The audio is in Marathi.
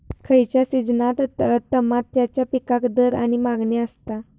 खयच्या सिजनात तमात्याच्या पीकाक दर किंवा मागणी आसता?